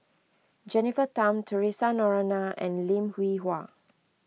Jennifer Tham theresa Noronha and Lim Hwee Hua